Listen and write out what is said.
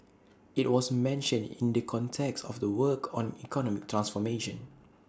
IT was mentioned in the context of the work on economic transformation